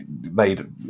Made